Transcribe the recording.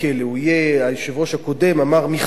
היושב-ראש הקודם אמר "מכלאה"